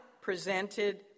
presented